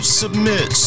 submit